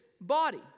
body